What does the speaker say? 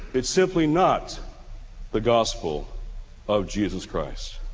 it's simply not the gospel of jesus christ.